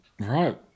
Right